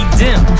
dim